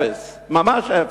אפס, ממש אפס.